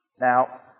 Now